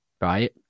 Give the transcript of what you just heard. right